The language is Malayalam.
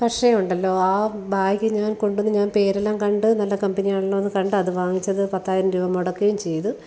പക്ഷേ ഉണ്ടല്ലോ ആ ബാഗ് ഞാൻ കൊണ്ടുവന്ന് ഞാൻ പേരെല്ലാം കണ്ട് നല്ല കമ്പനിയാണല്ലോയെന്ന് കണ്ട് അത് വാങ്ങിച്ചത് പത്തായിരം രൂപ മുടക്കുകയും ചെയ്ത്